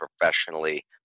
professionally